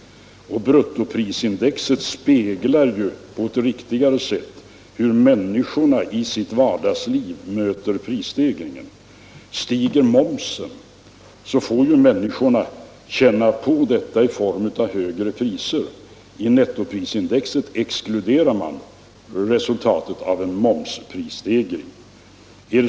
Bruttoprisindex speglar på ett riktigare sätt hur människorna i sitt vardagsliv möter prisstegringar. Stiger momsen får människorna känna på detta i form av högre priser. I nettoprisindex exkluderar man resultatet av en momsstegring.